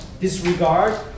disregard